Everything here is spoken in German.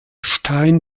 stein